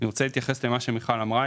אני רוצה להתייחס אל מה שמיכל אמרה,